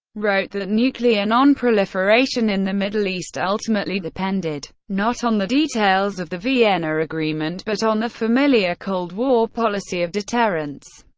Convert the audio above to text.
wrote that nuclear nonproliferation in the middle east ultimately depended not on the details of the vienna agreement, but on the familiar cold-war policy of deterrence.